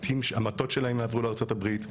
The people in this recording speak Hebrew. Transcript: המטות שלהן יעברו לארצות הברית,